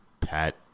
Pat